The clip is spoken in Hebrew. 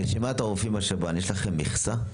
ברשימת הרופאים בשב"ן יש לכם מכסה?